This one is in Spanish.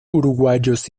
uruguayos